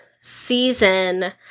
season